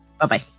bye-bye